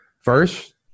First